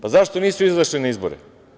Pa, zašto niste izašli na izbore.